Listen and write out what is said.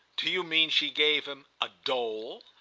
do you mean she gave him a dole?